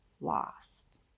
lost